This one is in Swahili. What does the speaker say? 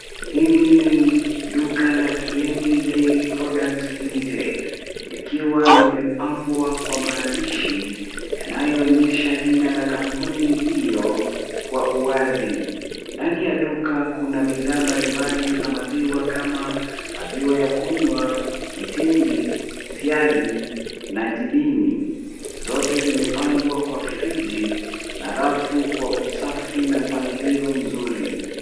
Hili ni duka la Kieni Dairy Products Limited, ikiwa limepambwa kwa maandishi yanayoonyesha jina la kampuni iyo kwa uwazi. Ndani ya duka kuna bidhaa mbalimbali za maziwa kama maziwa ya kunywa, mtindi, siagi na jibini. Zote zimepangwa kwa friji na rafu kwa usafi na mpangilio mzuri.